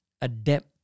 adapt